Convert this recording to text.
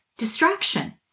distraction